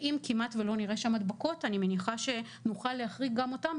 ואם כמעט לא נראה שם הדבקות אני מניחה שנוכל להחריג גם אותם,